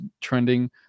trending